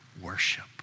worship